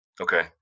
Okay